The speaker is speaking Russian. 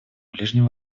ближнем